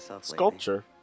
sculpture